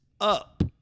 up